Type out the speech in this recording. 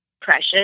precious